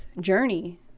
journey